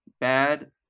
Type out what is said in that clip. bad